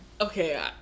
okay